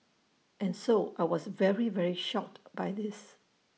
and so I was very very shocked by this